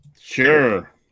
Sure